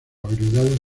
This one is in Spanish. habilidades